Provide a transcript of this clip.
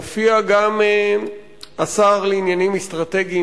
הופיע גם השר לעניינים אסטרטגיים,